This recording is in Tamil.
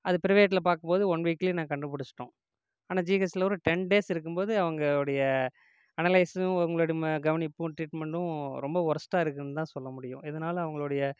அது பிரைவேட்ல பார்க்கும்போது ஒன் வீக்லே நான் கண்டுபுடிச்ட்டோம் ஆனால் ஜிஹெச்ல ஒரு டென் டேஸ் இருக்கும்போது அவங்களுடைய அனலைஸும் அவங்களுடைய ம கவனிப்பும் ட்ரீட்மெண்ட்டும் ரொம்ப வொர்ஸ்ட்டாக இருக்குதுன்னு தான் சொல்ல முடியும் இதனால் அவங்களுடைய